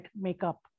makeup